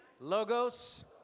Logos